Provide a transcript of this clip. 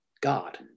God